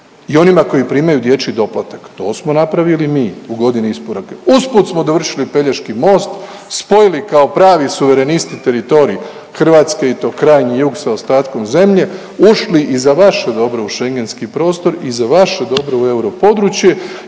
i onima koji primaju dječji doplatak. To smo napravili mi u godini isporuke. Usput smo dovršili Pelješki most, spojili kao pravi suverenisti teritorij Hrvatske i to krajnji jug s ostatkom zemlje, ušli i za vaše dobro u Schengenski prostor i za vaše dobro u europodručje